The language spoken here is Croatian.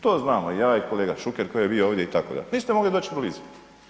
To znamo ja i kolega Šuker koji je bio ovdje itd., niste mogli doći blizu.